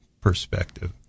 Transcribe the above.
perspective